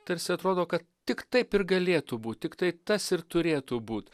tarsi atrodo kad tik taip ir galėtų būt tiktai tas ir turėtų būt